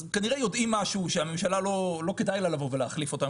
כנראה יודעים משהו - שלממשלה לא כדאי לבוא ולהחליף אותם,